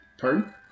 Pardon